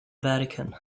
vatican